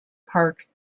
park